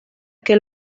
que